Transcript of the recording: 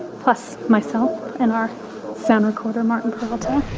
plus myself and our sound recorder martin peralta.